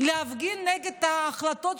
להפגין נגד החלטות